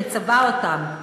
שמצווה אותם: